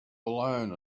alone